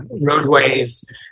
roadways